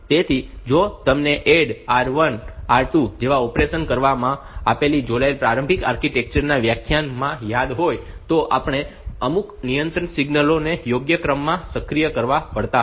તેથી જો તમને ADD R1 R2 જેવા ઑપરેશન કરવા માટે આપણે જોયેલા પ્રારંભિક આર્કિટેક્ચર ના વ્યાખ્યાન માં યાદ હોય તો આપણે અમુક નિયંત્રણ સિગ્નલો ને યોગ્ય ક્રમમાં સક્રિય કરવા પડતા હતા